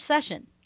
session